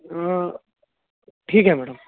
ठीक आहे मॅडम